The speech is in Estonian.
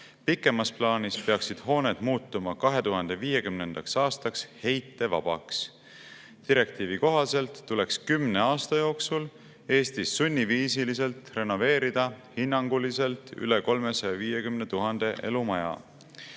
Pikemas plaanis peaksid hooned muutuma 2050. aastaks heitevabaks. Direktiivi kohaselt tuleks kümne aasta jooksul Eestis sunniviisiliselt renoveerida hinnanguliselt üle 350 000 elumaja.